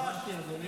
הוא לא אשם.